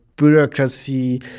bureaucracy